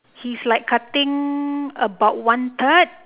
he's like cutting about one third